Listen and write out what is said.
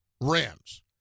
Rams